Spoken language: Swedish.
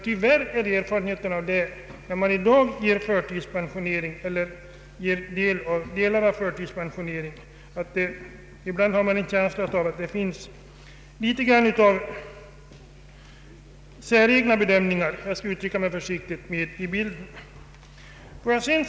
Tyvärr är erfarenheterna sådana att man ibland har en känsla av att det när man i dag förtidspensionerar en person kan vara ganska säregna bedömningar — jag skall uttrycka mig försiktigt — som här kommer in i bilden.